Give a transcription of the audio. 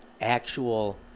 actual